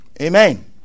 Amen